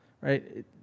right